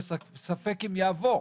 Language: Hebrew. וספק עם יעבור.